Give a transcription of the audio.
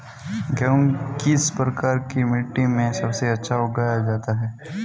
गेहूँ किस प्रकार की मिट्टी में सबसे अच्छा उगाया जाता है?